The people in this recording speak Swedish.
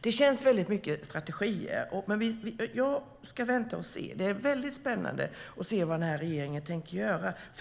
Det känns väldigt mycket som strategier, men jag ska vänta och se. Det är väldigt spännande att se vad regeringen tänker göra.